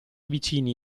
vicini